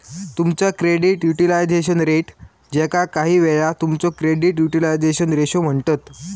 तुमचा credit utilisation rate, ज्याका काहीवेळा तुमचो क्रेडिट युटिलायझेशन रेशो म्हणतत